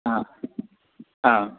हा हा